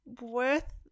worth